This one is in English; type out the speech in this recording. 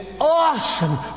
awesome